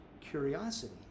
curiosity